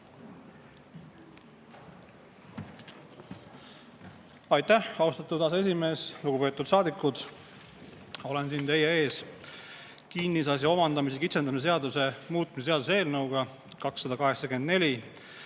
Aitäh, austatud aseesimees! Lugupeetud saadikud! Olen siin teie ees kinnisasja omandamise kitsendamise seaduse muutmise seaduse eelnõuga 284.